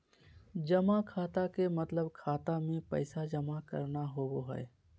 जमा खाता के मतलब खाता मे पैसा जमा करना होवो हय